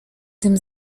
tym